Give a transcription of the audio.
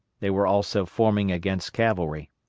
they were also forming against cavalry.